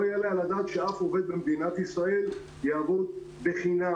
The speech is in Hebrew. לא יעלה על הדעת שאף עובד במדינת ישראל יעבוד בחינם.